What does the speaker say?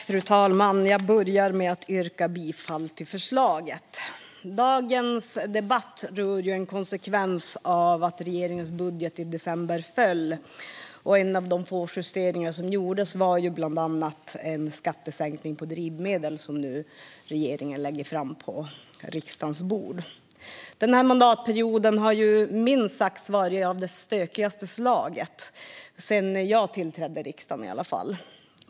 Fru talman! Jag börjar med att yrka bifall till förslaget. Dagens debatt är en konsekvens av att regeringens budget i december föll. En av de få justeringar som gjordes var en skattesänkning på drivmedel, som regeringen nu lägger fram på riksdagens bord. Den här mandatperioden har minst sagt varit av det stökigaste slaget, i alla fall sedan jag tillträdde i riksdagen.